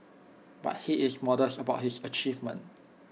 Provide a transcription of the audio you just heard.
but he is modest about his achievement